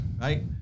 right